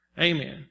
Amen